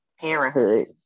Parenthood